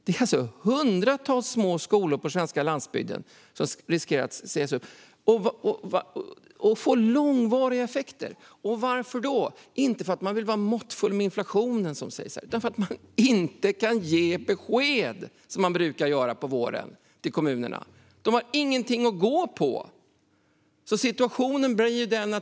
Det är alltså lärare på hundratals små skolor på den svenska landsbygden som riskerar att sägas upp. Detta får långvariga effekter - och varför? Det är inte för att man vill vara måttfull i inflationen, som sägs här, utan för att man inte kan ge besked till kommunerna som man brukar göra på våren! De har ingenting att gå på.